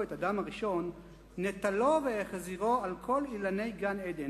את אדם הראשון נטלו והחזירו על כל אילני גן-עדן,